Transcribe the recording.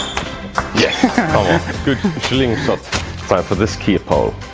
yeah good slingshot! time for the ski pole